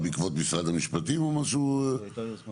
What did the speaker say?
בעקבות בקשה של משרד המשפטים או שזה היה הצעת חוק פרטית?